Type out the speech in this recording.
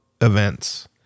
events